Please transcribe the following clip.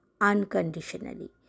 unconditionally